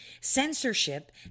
censorship